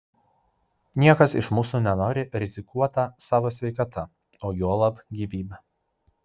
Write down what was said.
niekas iš mūsų nenori rizikuota savo sveikata o juolab gyvybe